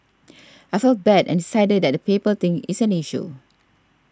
I felt bad and cited that the paper thing is an issue